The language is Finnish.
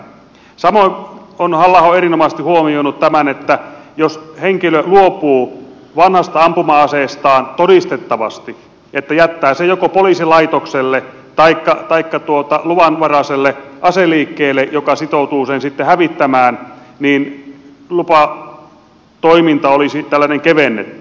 samoin on halla aho erinomaisesti huomioinut tämän että jos henkilö luopuu vanhasta ampuma aseestaan todistettavasti että jättää sen joko poliisilaitokselle taikka luvanvaraiselle aseliikkeelle joka sitoutuu sen sitten hävittämään niin lupatoiminta olisi tällainen kevennetty